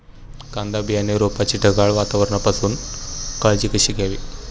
कांदा बियाणे रोपाची ढगाळ वातावरणापासून काळजी कशी घ्यावी?